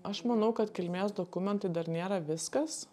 aš manau kad kilmės dokumentai dar nėra viskas